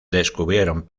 describieron